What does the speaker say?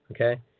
okay